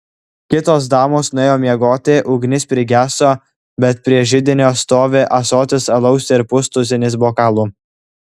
kitos damos nuėjo miegoti ugnis prigeso bet prie židinio stovi ąsotis alaus ir pustuzinis bokalų